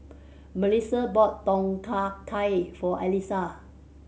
Mellisa bought Tom Kha Gai for Alissa